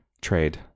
trade